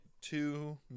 two